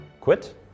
quit